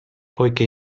poiché